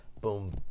boom